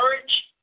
courage